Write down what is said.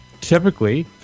Typically